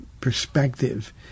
perspective